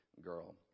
girl